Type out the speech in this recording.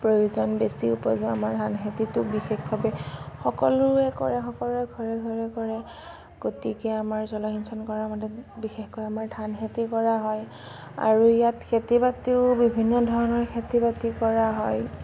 প্ৰয়োজন বেছি প্ৰয়োজন আমাৰ ধান খেতিটো বিশেষভাৱে সকলোৱেই কৰে সকলোৰে ঘৰে ঘৰে কৰে গতিকে আমাৰ জলসিঞ্চন কৰা মাটিত বিশেষকৈ আমাৰ ধান খেতি কৰা হয় আৰু ইয়াত খেতি বাতিও বিভিন্ন ধৰণৰ খেতি বাতি কৰা হয়